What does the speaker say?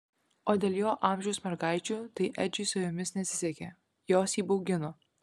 o dėl jo amžiaus mergaičių tai edžiui su jomis nesisekė jos jį baugino